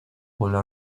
puebla